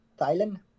Thailand